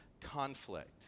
conflict